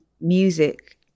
music